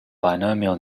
binomial